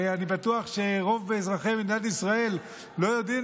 הרי אני בטוח שרוב אזרחי מדינת ישראל לא יודעים